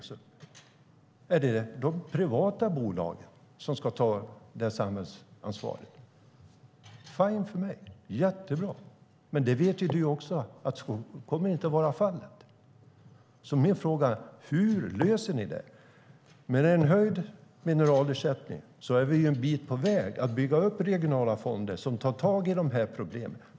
Ska de privata bolagen ta detta samhällsansvar? Gärna för mig, men Johan Johansson vet lika väl som jag att så kommer det inte att bli. Hur tänker ni lösa detta? Med en höjd mineralersättning är vi en bit på väg mot att bygga upp regionala fonder som tar tag i dessa problem.